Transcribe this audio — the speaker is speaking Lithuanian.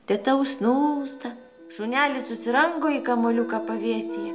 teta užsnūsta šunelis susirango į kamuoliuką pavėsyje